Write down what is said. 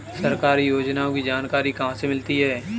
सरकारी योजनाओं की जानकारी कहाँ से मिलती है?